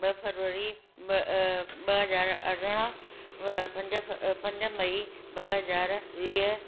ॿ फरवरी ॿ ॿ हज़ार अरिड़हं पंज पंज मई ॿ हज़ार वीह